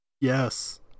Yes